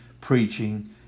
preaching